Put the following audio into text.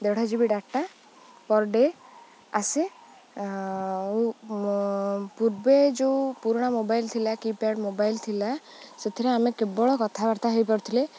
ଦେଢ଼ ଜି ବି data per day ଆସେ ଆଉ ପୂର୍ବେ ଯେଉଁ ପୁରୁଣା ମୋବାଇଲ୍ ଥିଲା କିପ୍ୟାଡ଼ ମୋବାଇଲ୍ ଥିଲା ସେଥିରେ ଆମେ କେବଳ କଥାବାର୍ତ୍ତା ହେଇପାରୁଥିଲେ